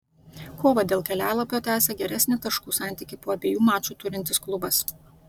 kovą dėl kelialapio tęsia geresnį taškų santykį po abiejų mačų turintis klubas